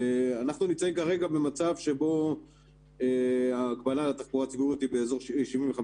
אנחנו נמצאים כרגע במצב שבו ההגבלה על תחבורה ציבורית היא באזור ה-75%,